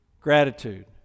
Gratitude